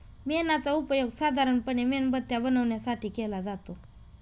मेणाचा उपयोग साधारणपणे मेणबत्त्या बनवण्यासाठी केला जातो